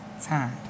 time